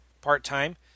part-time